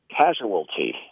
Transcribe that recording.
casualty